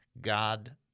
God